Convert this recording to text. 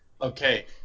Okay